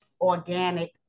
organic